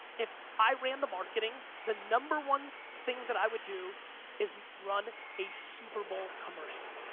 if i ran the marketing, the number one thing that i would do is run a super bowl commercial.